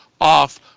off